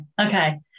okay